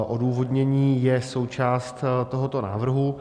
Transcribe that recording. Odůvodnění je součást tohoto návrhu.